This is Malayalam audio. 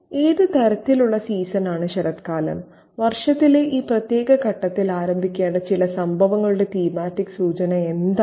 ഏത് തരത്തിലുള്ള സീസണാണ് ശരത്കാലം വർഷത്തിലെ ഈ പ്രത്യേക ഘട്ടത്തിൽ ആരംഭിക്കേണ്ട ചില സംഭവങ്ങളുടെ തീമാറ്റിക് സൂചന എന്താണ്